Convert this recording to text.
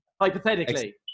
hypothetically